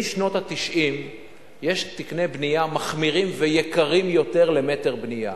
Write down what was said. משנות ה-90 יש תקני בנייה מחמירים ויקרים יותר למטר בנייה.